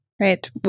Right